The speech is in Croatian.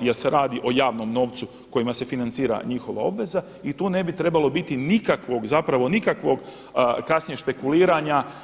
jer se radi o javnom novcu kojima se financira njihova obveza i tu ne bi trebalo biti nikakvog, zapravo nikakvog kasnije špekuliranja.